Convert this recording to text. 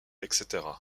etc